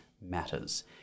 matters